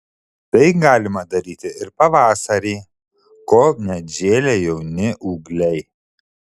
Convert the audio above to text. tai galima daryti ir pavasarį kol neatžėlę jauni ūgliai